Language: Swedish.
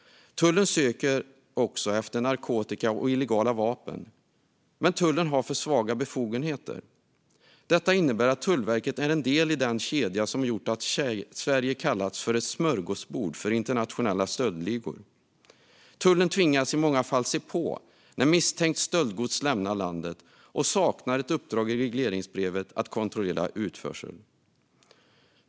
Tullen söker också efter narkotika och illegala vapen. Men tullen har för svaga befogenheter. Detta innebär att Tullverket är en del i en kedja som gjort att Sverige kallats för ett smörgåsbord för internationella stöldligor. Tullen tvingas i många fall se på när misstänkt stöldgods lämnar landet. och den saknar ett uppdrag i regleringsbrevet att kontrollera utförsel.